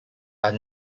are